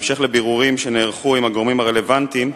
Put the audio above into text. ובהמשך לבירורים שנערכו עם הגורמים הרלוונטיים,